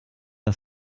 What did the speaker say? are